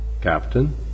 Captain